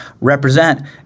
represent